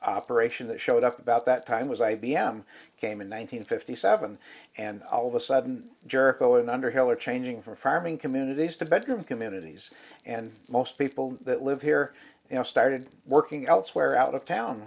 operation that showed up about that time was i b m came in one thousand fifty seven and all of a sudden jerko and underhill are changing for farming communities to bedroom communities and most people that live here you know started working elsewhere out of town